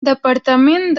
departament